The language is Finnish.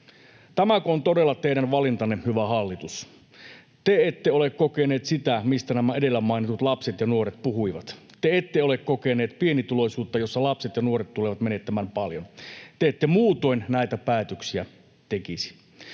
Tämäkö on todella teidän valintanne, hyvä hallitus? Te ette ole kokeneet sitä, mistä nämä edellä mainitut lapset ja nuoret puhuivat. Te ette ole kokeneet pienituloisuutta, jossa lapset ja nuoret tulevat menettämään paljon. Te ette muutoin näitä päätöksiä tekisi.